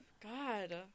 God